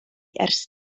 ers